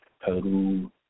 peru